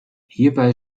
hierbei